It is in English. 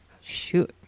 Shoot